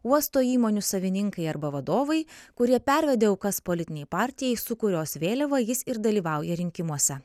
uosto įmonių savininkai arba vadovai kurie pervedė aukas politinei partijai su kurios vėliava jis ir dalyvauja rinkimuose